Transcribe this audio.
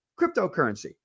Cryptocurrency